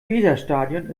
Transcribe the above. weserstadion